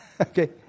Okay